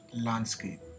landscape